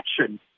action